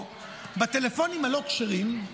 בטלפונים הלא-כשרים,